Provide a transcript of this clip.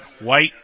White